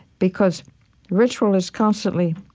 because ritual is constantly